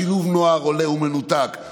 שילוב נוער עולה ומנותק,